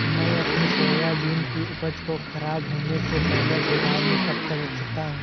मैं अपनी सोयाबीन की उपज को ख़राब होने से पहले गोदाम में कब तक रख सकता हूँ?